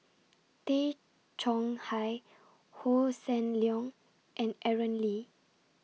Tay Chong Hai Hossan Leong and Aaron Lee